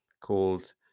called